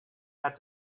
had